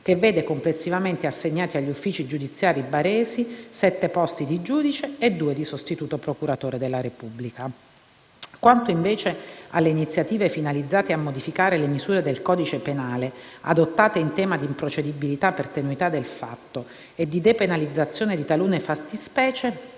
che vede complessivamente assegnati agli uffici giudiziari baresi sette posti di giudice e due di sostituto procuratore della Repubblica. Quanto, invece, alle iniziative finalizzate a modificare le misure del codice penale adottate in tema di improcedibilità per tenuità del fatto e di depenalizzazione di talune fattispecie,